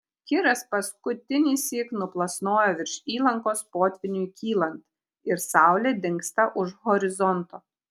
kiras paskutinįsyk nuplasnoja virš įlankos potvyniui kylant ir saulė dingsta už horizonto